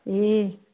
ए